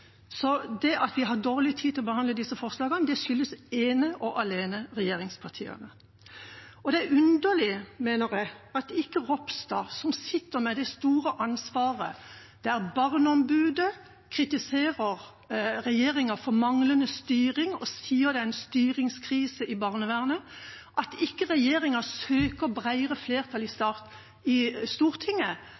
Det at vi har dårlig tid til å behandle disse forslagene, skyldes ene og alene regjeringspartiene. Det er underlig, mener jeg, at ikke statsråd Ropstad, som sitter med det store ansvaret, der Barneombudet kritiserer regjeringa for manglende styring og sier det er en styringskrise i barnevernet, søker bredere flertall i Stortinget, sånn at